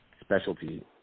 specialty